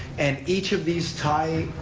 and each of these tie,